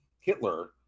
Hitler